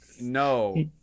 No